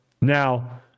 Now